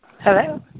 Hello